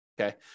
okay